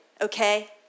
okay